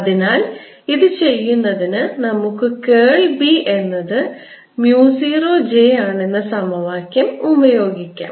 അതിനാൽ ഇത് ചെയ്യുന്നതിന് നമുക്ക് കേൾ B എന്നത് mu 0 j ആണെന്ന സമവാക്യം ഉപയോഗിക്കാം